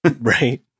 Right